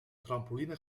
trampoline